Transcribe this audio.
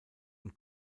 und